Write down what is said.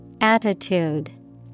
Attitude